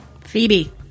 Phoebe